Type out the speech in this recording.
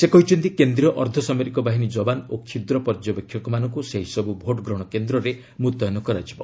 ସେ କହିଛନ୍ତି କେନ୍ଦ୍ରୀୟ ଅର୍ଦ୍ଧସାମରିକ ବାହିନୀ ଯବାନ ଓ କ୍ଷୁଦ୍ର ପର୍ଯ୍ୟବେକ୍ଷକମାନଙ୍କୁ ସେହିସବୁ ଭୋଟ୍ଗ୍ରହଣ କେନ୍ଦ୍ରରେ ମୁତୟନ କରାଯିବ